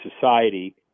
society